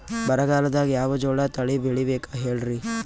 ಬರಗಾಲದಾಗ್ ಯಾವ ಜೋಳ ತಳಿ ಬೆಳಿಬೇಕ ಹೇಳ್ರಿ?